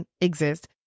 exist